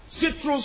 Citrus